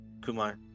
Kumar